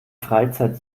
freizeit